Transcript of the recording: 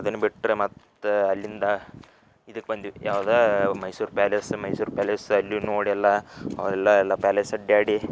ಅದನ್ನ ಬಿಟ್ಟರೆ ಮತ್ತೆ ಅಲ್ಲಿಂದ ಇದಕ್ಕೆ ಬಂದಿವಿ ಯಾವ್ದಾ ಮೈಸೂರು ಪ್ಯಾಲೇಸ್ ಮೈಸೂರು ಪ್ಯಾಲೇಸಲ್ಲಿ ನೋಡಿ ಎಲ್ಲಾ ಎಲ್ಲಾ ಎಲ್ಲ ಪ್ಯಾಲೇಸ್ ಅಡ್ಯಾಡಿ